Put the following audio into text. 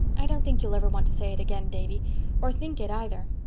i don't think you'll ever want to say it again, davy or think it, either.